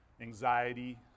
anxiety